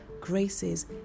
graces